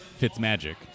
Fitzmagic